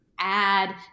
Add